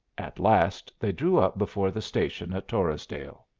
at last they drew up before the station at torresdale.